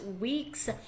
week's